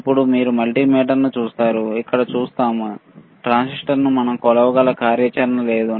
ఇప్పుడు మీరు ఈ మల్టీమీటర్లో చూస్తారు మీరు ఇక్కడ చూస్తారు ట్రాన్సిస్టర్ను మనం కొలవగల కార్యాచరణ లేదు